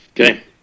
okay